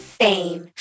fame